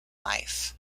life